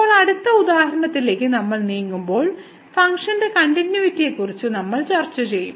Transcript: ഇപ്പോൾ അടുത്ത ഉദാഹരണത്തിലേക്ക് കൂടുതൽ നീങ്ങുമ്പോൾ ഫംഗ്ഷന്റെ കണ്ടിന്യൂയിറ്റിയെക്കുറിച്ച് നമ്മൾ ചർച്ച ചെയ്യും